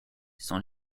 sans